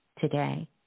today